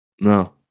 no